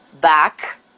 back